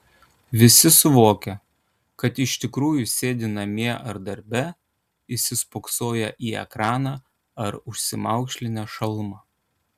visi suvokia kad iš tikrųjų sėdi namie ar darbe įsispoksoję į ekraną ar užsimaukšlinę šalmą